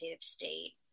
state